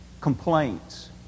complaints